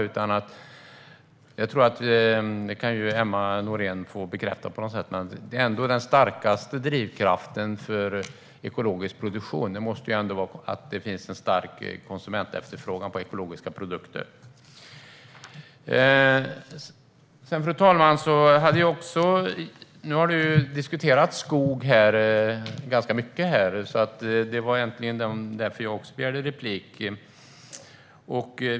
Det kan Emma Nohrén få bekräftat på något sätt. Den starkaste drivkraften för ekologisk produktion måste ändå vara att det finns en stark konsumentefterfrågan på ekologiska produkter. Fru talman! Nu har det diskuterats skog här ganska mycket. Det var egentligen därför jag begärde replik.